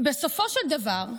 בסופו של דבר,